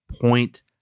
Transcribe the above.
point